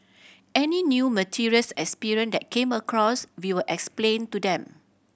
any new materials experience that came across we will explain to them